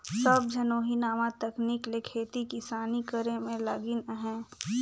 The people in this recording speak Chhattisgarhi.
सब झन ओही नावा तकनीक ले खेती किसानी करे में लगिन अहें